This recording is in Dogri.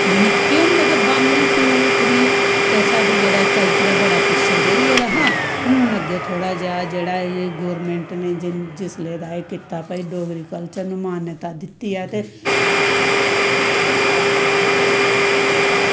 निक्के होंदे गै बन टू थ्री ते साढ़ा जेह्ड़ा कल्चर ऐ बड़ा पिच्छें रेही गेदा ऐ हून अग्गें जे थोह्ड़ा जेहा जेह्ड़ा गौरमैंट ने जिसले दा एह् कीता भाई डोगरी कल्चर नू मान्यता दित्ती ऐ ते